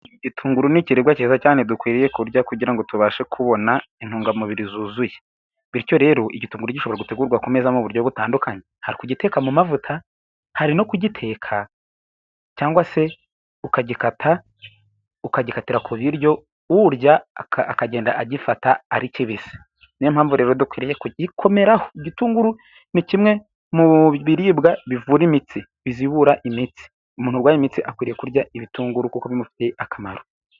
Itunguru ni ikirungo cyiza cyane dukwiriye kurya kugira ngo tubashe kubona intungamubiri zuzuye, bityo rero gishobora gutegurwa mu buryo butandukanye, hari kugiteka mu mavuta hari no kugiteka, cyangwa se ukagikata ukagikatira ku biryo urya akagenda agifata ari kibisi. Ni yo mpamvu rero dukwiriye kugikomeraraho, igitunguru ni kimwe mu biribwa bivura imitsi bizibura imitsi, umuntu urwaye imitsi akwiriye kurya ibitunguru kuko bimufitiye akamaro.